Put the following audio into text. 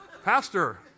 Pastor